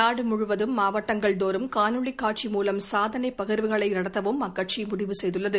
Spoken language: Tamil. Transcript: நாடு முழுவதும் மாவட்டங்கள் தோறும் காணொளி காட்சி மூலம் சாதனை பகிர்வுகளை நடத்தவும் அக்கட்சி முடிவு செய்துள்ளது